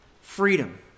freedom